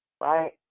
right